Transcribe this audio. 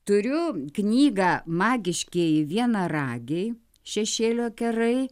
turiu knygą magiškieji vienaragiai šešėlio kerai